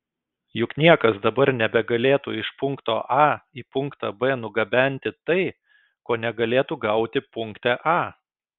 juk niekas dabar nebegalėtų iš punkto a į punktą b nugabenti tai ko negalėtų gauti punkte a